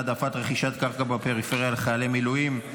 העדפת רכישת קרקע בפריפריה לחיילי מילואים),